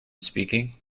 speaking